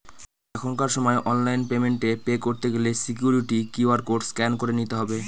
এখনকার সময় online payment এ পে করতে গেলে সিকুইরিটি কিউ.আর কোড স্ক্যান করে নিতে হবে